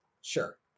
sure